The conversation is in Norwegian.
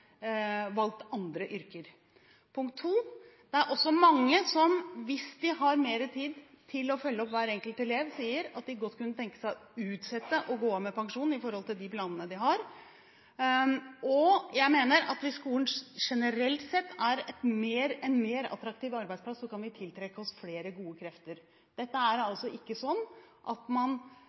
valgt andre yrker. Punkt 2: Det er også mange som sier at hvis de har mer tid til å følge opp hver enkelt elev, kan de godt tenke seg å utsette de planene de har om å gå av med pensjon. Jeg mener at hvis skolen generelt sett er en mer attraktiv arbeidsplass, kan vi tiltrekke oss flere gode krefter. Dette er altså ikke sånn at man